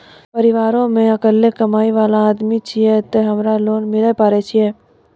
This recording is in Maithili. परिवारों मे अकेलो कमाई वाला आदमी छियै ते हमरा लोन मिले पारे छियै?